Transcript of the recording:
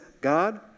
God